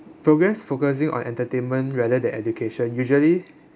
programs focusing on entertainment rather than education usually